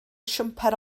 siwmper